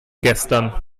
gestern